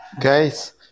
Guys